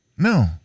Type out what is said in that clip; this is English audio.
No